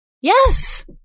Yes